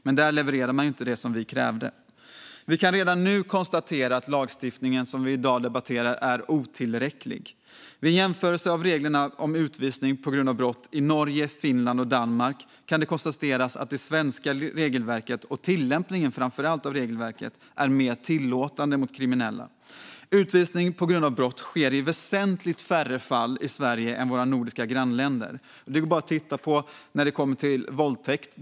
Men där levererade man inte det vi krävde. Vi kan redan nu konstatera att lagstiftningen som vi i dag debatterar är otillräcklig. Vid en jämförelse av reglerna om utvisning på grund av brott i Norge, Finland och Danmark kan det konstateras att det svenska regelverket och framför allt tillämpningen av det är mer tillåtande mot kriminella. Utvisning på grund av brott sker i väsentligt färre fall i Sverige än i våra nordiska grannländer. Vi kan bara titta på våldtäkt.